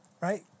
Right